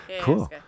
Cool